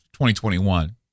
2021